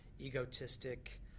egotistic